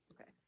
Okay